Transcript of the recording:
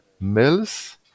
mills